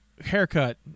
haircut